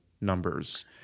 numbers